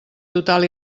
total